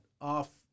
off